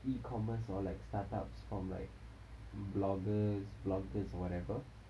e-commerce or like startups from like bloggers vloggers or whatever